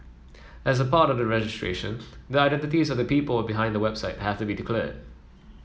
as part of the registration that the identities of the people behind the website have to be declared